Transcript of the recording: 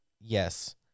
Yes